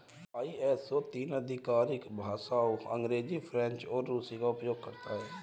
ISO तीन आधिकारिक भाषाओं अंग्रेजी, फ्रेंच और रूसी का प्रयोग करता है